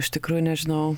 iš tikrųjų nežinau